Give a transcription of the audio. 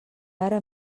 ara